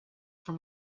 for